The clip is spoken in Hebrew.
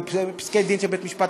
מפסקי-דין של בית-המשפט,